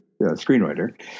screenwriter